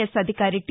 yes అధికారి T